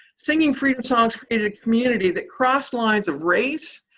singing freedom songs created a community that crossed lines of race,